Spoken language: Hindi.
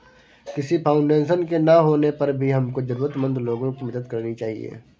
किसी फाउंडेशन के ना होने पर भी हमको जरूरतमंद लोगो की मदद करनी चाहिए